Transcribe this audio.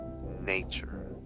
nature